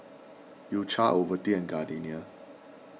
U Cha Ovaltine and Gardenia